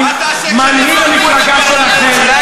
מה תעשה כשהם יפרקו את הפרלמנט,